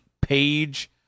page